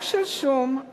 רק שלשום,